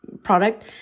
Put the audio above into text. Product